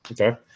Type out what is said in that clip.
Okay